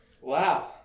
Wow